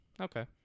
Okay